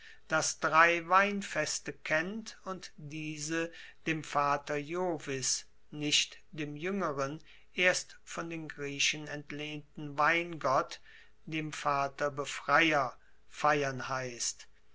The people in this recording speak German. das drei weinfeste kennt und diese dem vater iovis nicht dem juengeren erst von den griechen entlehnten weingott dem vater befreier feiern heisst